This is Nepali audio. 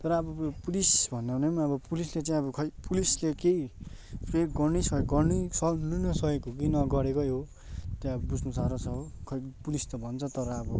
तर अब पुलिस भन्नाले पनि अब पुलिसले चाहिँ अब खोइ पुलिसले केही केही गर्नै सकेको गर्नै सक्दै नसकेको हो कि नगरेकै हो त्यो अब बुझ्नु साह्रो छ हो खोइ पुलिस त भन्छ तर अब